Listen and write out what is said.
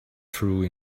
true